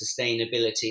sustainability